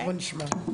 בואי נשמע.